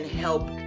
help